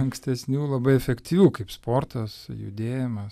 ankstesnių labai efektyvių kaip sportas judėjimas